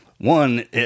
One